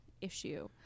issue